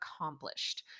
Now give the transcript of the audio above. accomplished